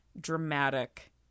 dramatic